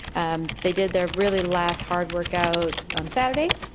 um they did their really last hard work out on saturday.